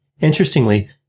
Interestingly